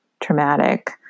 traumatic